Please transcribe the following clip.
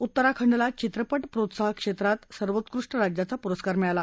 उत्तराखंडला चित्रपट प्रोत्साहक क्षेत्रात सर्वोत्कृष्ट राज्याचा पुरस्कार मिळाला